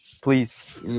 please